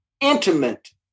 intimate